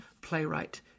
playwright